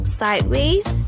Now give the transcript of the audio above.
sideways